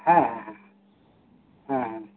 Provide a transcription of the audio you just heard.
ᱦᱮᱸᱻ ᱦᱮᱸᱻ